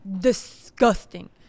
Disgusting